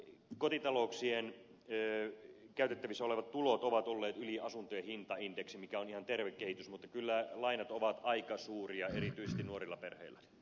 meillä kotitalouksien käytettävissä olevat tulot ovat olleet yli asuntojen hintaindeksin mikä on ihan terve kehitys mutta kyllä lainat ovat aika suuria erityisesti nuorilla perheillä